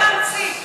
אתה ממציא.